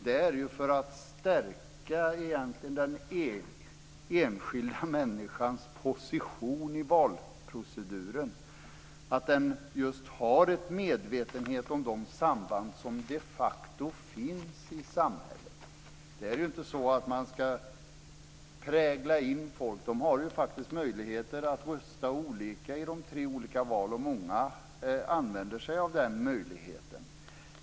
Det handlar om att stärka den enskilda människans position i valproceduren så att hon har en medvetenhet om de samband som de facto finns i samhället. Man ska inte prägla folk. De har ju möjlighet att rösta olika i de tre olika valen, och många använder sig av den möjligheten.